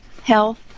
Health